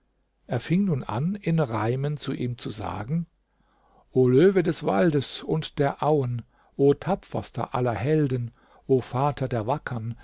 er fing nun an in reimen zu ihm zu sagen o löwe des waldes und der auen o tapferster aller helden o vater der wackern